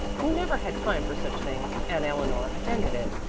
who never had time for such things, and eleanor, attended it.